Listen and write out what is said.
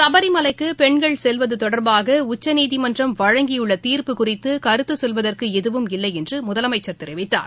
சபரிமலைக்குபெண்கள் செல்வதுதொடர்பாக உச்சநீதிமன்றம் வழங்கியுள்ளதீர்ப்பு குறித்துகருத்துசொல்வதற்குஎதுவுமில்லைஎன்று அவர் தெரிவித்தார்